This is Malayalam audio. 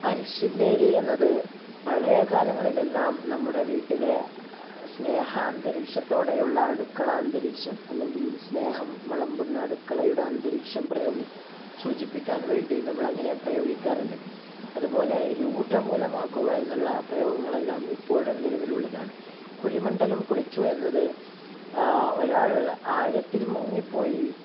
അരിശില്ലേരി എന്നതു പഴയ കാലങ്ങളിലെല്ലാം നമ്മുടെ വീട്ടിലെ സ്നേഹാന്തരീക്ഷത്തോടെയുള്ള അടുക്കളാ അന്തരീക്ഷം അല്ലെങ്കിൽ സ്നേഹം വളമ്പുന്ന അടുക്കളയുടെ അന്തരീക്ഷം സൂചിപ്പിക്കാൻ വേണ്ടി നമ്മളങ്ങനെ പ്രയോഗിക്കാറുണ്ട് അതുപോലെ രൂഢമൂലമാക്കുക എന്നുള്ള പ്രയോഗങ്ങളെല്ലാം ഇപ്പോഴും നിലവിലുള്ളതാണ് കുഴിമണ്ഡലം കുളിച്ചു എന്നത് ഒരാൾ ആഴത്തിൽ മുങ്ങിപ്പോയി